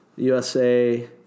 USA